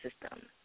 system